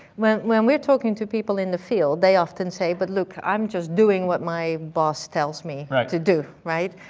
when when we're talking to people in the field, they often say, but look, i'm just doing what my boss tells me to do, right?